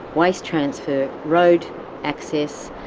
waste transfer, road access,